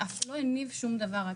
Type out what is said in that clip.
לא הניב שום דבר.